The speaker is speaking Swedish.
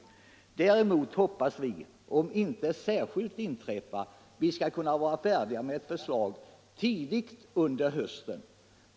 Däremot hoppas vi att, om inget särskilt inträftar, vi skall kunna vara färdiga med cetwu förslag tidigt under hösten.